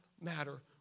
matter